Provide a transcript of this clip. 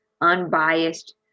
unbiased